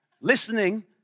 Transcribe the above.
listening